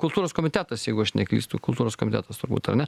kultūros komitetas jeigu aš neklystu kultūros komitetas turbūt ar ne